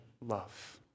love